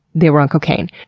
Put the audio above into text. they were on cocaine.